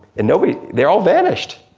and nobody, they all vanished.